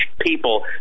people